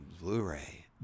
Blu-ray